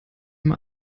mal